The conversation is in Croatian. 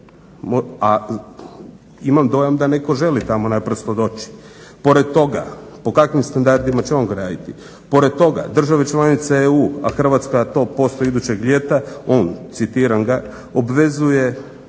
Imam dojam da netko želi tamo naprosto doći. Pored toga po kakvim standardima će on graditi? Pored toga, države članice EU, a Hrvatska to postaje idućeg ljeta, on citiram ga: "obvezuje